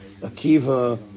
Akiva